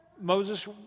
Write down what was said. Moses